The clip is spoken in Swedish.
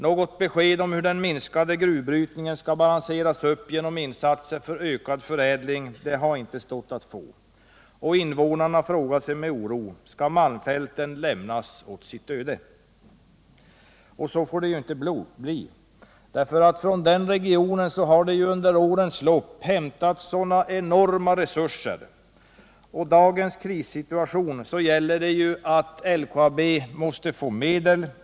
Något besked om hur den minskade gruvbrytningen skall balanseras upp genom insatser för ökad förädling har inte stått att få. Invånarna frågar sig med oro: Skall malmfälten lämnas åt sitt öde? Så får det inte bli! Från den här regionen har det under årens lopp hämtats enorma resurser, och i dagens krissituation gäller det att LKAB måste få medel.